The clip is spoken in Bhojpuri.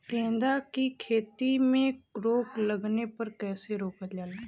गेंदा की खेती में रोग लगने पर कैसे रोकल जाला?